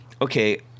okay